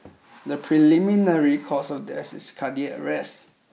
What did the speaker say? the preliminary cause of death is cardiac arrest